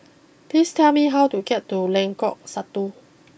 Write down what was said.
please tell me how to get to Lengkok Satu